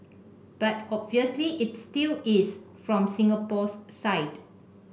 but obviously it still is from Singapore's side